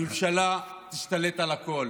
הממשלה תשתלט על הכול.